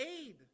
aid